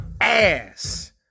ass